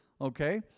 okay